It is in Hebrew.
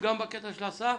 גם בקטע של ההסעה.